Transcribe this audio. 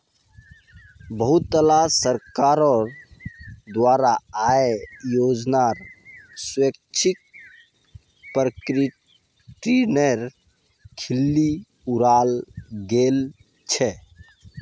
बहुतला सरकारोंर द्वारा आय योजनार स्वैच्छिक प्रकटीकरनेर खिल्ली उडाल गेल छे